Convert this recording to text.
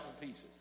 pieces